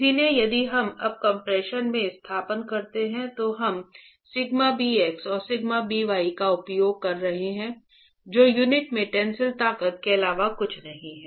इसलिए यदि हम अब एक्सप्रेशन में स्थानापन्न करते हैं तो हम σ bx और σ by का उपयोग कर रहे हैं जो यूनिट में टेंसिल तनाव के अलावा कुछ नहीं हैं